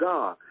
God